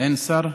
אין שר?